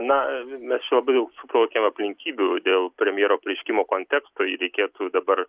na mes čia labai jau suplakėm aplinkybių dėl premjero pareiškimo konteksto jį reikėtų dabar